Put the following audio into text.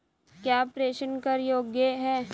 क्या प्रेषण कर योग्य हैं?